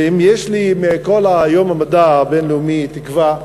ואם יש לי מכל יום המדע הבין-לאומי תקווה,